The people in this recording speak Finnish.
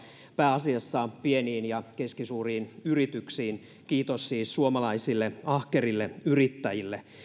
pääasiassa pieniin ja keskisuuriin yrityksiin kiitos siis suomalaisille ahkerille yrittäjille